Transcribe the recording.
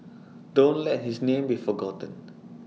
don't let his name be forgotten